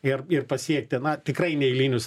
ir ir pasiekti na tikrai neeilinius